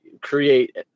create